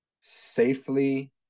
safely